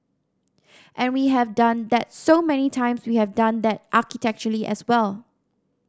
and we have done that so many times we have done that architecturally as well